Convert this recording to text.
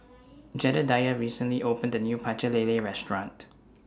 Jedediah recently opened A New Pecel Lele Restaurant